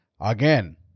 again